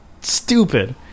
Stupid